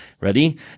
Ready